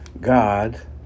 God